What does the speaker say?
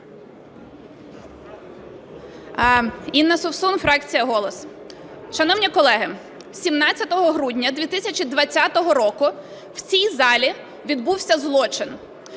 Інна Совсун, фракція "Голос". Шановні колеги, 17 грудня 2020 року в цій залі відбувся злочин: